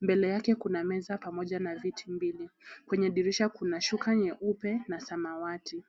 Mbele yake kuna meza pamoja na viti mbili. Kwenye dirisha kuna shuka nyeupe na samawati.